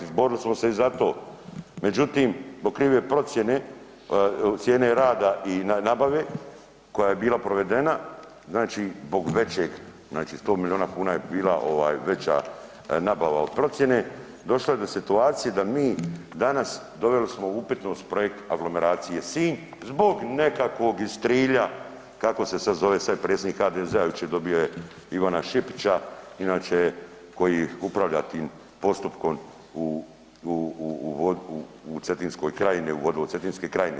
Izborili smo se i za to, međutim zbog krive procjene cijene rada i nabave koja je bila provedena znači zbog većeg, znači 100 milijuna kuna je bila veća nabava od procjene došlo je do situacije da mi danas doveli smo u upitnost projekta aglomeracije Sinj zbog nekakvog iz Trilja kako se sada zove sada je predsjednik HDZ-a, jučer … [[ne razumije se]] Ivana Šipića inače koji upravlja tim postupkom u Cetinskoj krajini u Vodovodu Cetinske krajine.